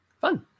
Fun